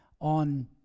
on